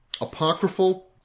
apocryphal